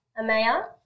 Amaya